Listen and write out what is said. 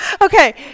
Okay